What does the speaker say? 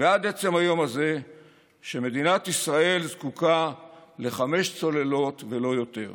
ועד עצם היום הזה היא שמדינת ישראל זקוקה לחמש צוללות ולא יותר.